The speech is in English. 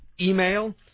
email